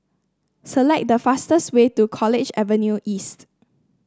select the fastest way to College Avenue East